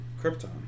Krypton